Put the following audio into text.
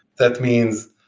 that means,